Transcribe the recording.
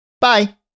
bye